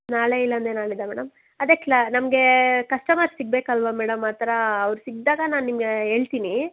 ನಾಳೆ ಇಲ್ಲ ಅಂದರೆ ನಾಡಿದ್ದು ಮೇಡಮ್ ಅದೇ ಕ್ಲ ನಮಗೆ ಕಸ್ಟಮರ್ ಸಿಗಬೇಕಲ್ವ ಮೇಡಮ್ ಆ ಥರಾ ಅವ್ರು ಸಿಕ್ಕಿದಾಗ ನಾನು ನಿಮಗೆ ಹೇಳ್ತಿನಿ